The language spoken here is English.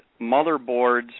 motherboards